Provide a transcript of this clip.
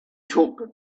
talk